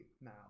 now